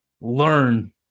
learn